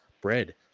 bread